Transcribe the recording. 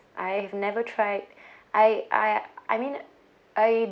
I have never tried I I I mean I